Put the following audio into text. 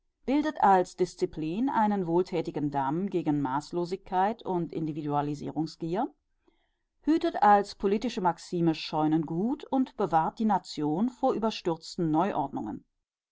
bildet als disziplin einen wohltätigen damm gegen maßlosigkeit und individualisierungsgier hütet als politische maxime scheunengut und bewahrt die nation vor überstürzten neuordnungen